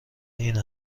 این